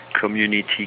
community